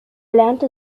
lernte